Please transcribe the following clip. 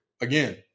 Again